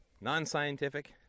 Non-scientific